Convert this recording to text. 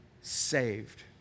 saved